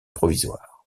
provisoire